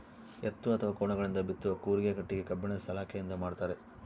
ಎತ್ತು ಅಥವಾ ಕೋಣಗಳಿಂದ ಬಿತ್ತುವ ಕೂರಿಗೆ ಕಟ್ಟಿಗೆ ಕಬ್ಬಿಣದ ಸಲಾಕೆಯಿಂದ ಮಾಡ್ತಾರೆ